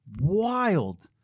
wild